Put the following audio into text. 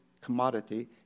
commodity